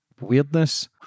weirdness